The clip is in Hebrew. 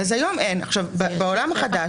בעולם החדש,